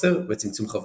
חוסר וצמצום חוויות.